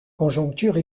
conjoncture